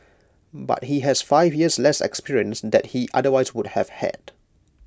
but he has five years less experience that he otherwise would have had